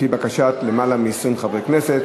לפי בקשת למעלה מ-20 חברי כנסת.